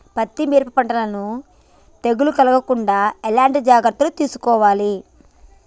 పత్తి మిరప పంటలను తెగులు కలగకుండా ఎలా జాగ్రత్తలు తీసుకోవాలి?